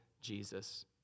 Jesus